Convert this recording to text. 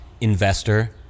investor